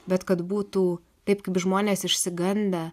bet kad būtų taip kaip žmonės išsigandę